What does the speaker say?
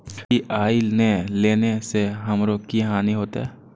UPI ने लेने से हमरो की हानि होते?